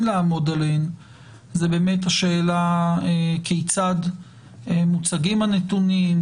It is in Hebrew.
לעמוד עליהן היא באמת השאלה כיצד מוצגים הנתונים,